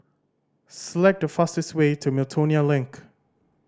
select the fastest way to Miltonia Link